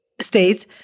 States